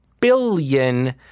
billion